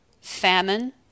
famine